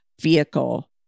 vehicle